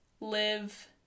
live